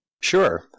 Sure